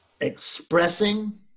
expressing